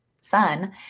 son